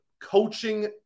coaching